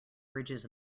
bridges